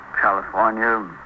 California